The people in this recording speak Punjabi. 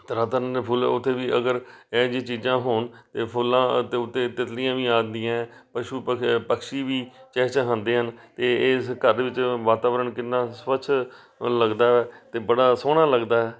ਤਰ੍ਹਾਂ ਤਰ੍ਹਾਂ ਦੇ ਫੁੱਲ ਉੱਥੇ ਵੀ ਅਗਰ ਇਹੋ ਜਿਹੀ ਚੀਜ਼ਾਂ ਹੋਣ ਇਹ ਫੁੱਲਾਂ ਦੇ ਉੱਤੇ ਤਿੱਤਲੀਆਂ ਵੀ ਆਉਂਦੀਆਂ ਪਸ਼ੂ ਪ ਪਕਸ਼ੀ ਵੀ ਚਹਿ ਚਹਾਉਂਦੇ ਹਨ ਅਤੇ ਇਸ ਘਰ ਵਿੱਚ ਵਾਤਾਵਰਨ ਕਿੰਨਾਂ ਸਵੱਛ ਲੱਗਦਾ ਹੈ ਅਤੇ ਬੜਾ ਸੋਹਣਾ ਲੱਗਦਾ ਹੈ